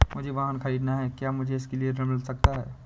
मुझे वाहन ख़रीदना है क्या मुझे इसके लिए ऋण मिल सकता है?